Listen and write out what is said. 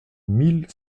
mille